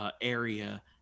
Area